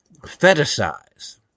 fetishize